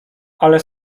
ale